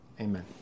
Amen